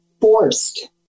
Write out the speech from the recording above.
forced